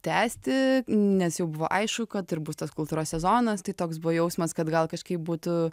tęsti nes jau buvo aišku kad ir bus tas kultūros sezonas tai toks buvo jausmas kad gal kažkaip būtų